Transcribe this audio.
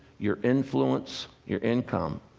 your influence, your income